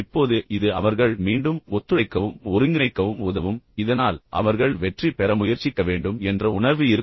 இப்போது இது அவர்கள் மீண்டும் ஒத்துழைக்கவும் ஒருங்கிணைக்கவும் உதவும் இதனால் அவர்கள் வெற்றி பெற முயற்சிக்க வேண்டும் என்ற உணர்வு இருக்கும்